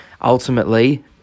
ultimately